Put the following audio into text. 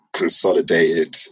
Consolidated